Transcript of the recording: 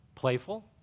playful